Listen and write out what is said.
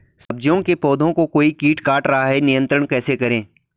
सब्जियों के पौधें को कोई कीट काट रहा है नियंत्रण कैसे करें?